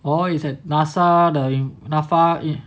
orh is at NASA the NAFA